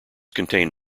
contain